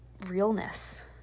realness